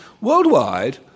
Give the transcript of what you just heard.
Worldwide